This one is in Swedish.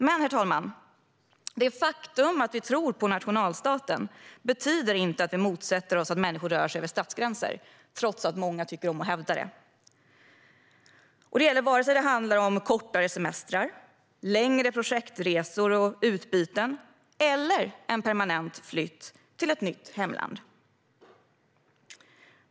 Men, herr talman, det faktum att vi tror på nationalstaten betyder inte att vi motsätter oss att människor rör sig över statsgränser - trots att många tycker om att hävda det - vare sig det handlar om kortare semestrar, längre projektresor och utbyten eller en permanent flytt till ett nytt hemland.